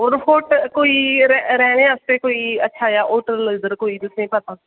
hotel कोई रैह्ने आस्तै कोई अच्छा होटल कोई तुसेंगी पता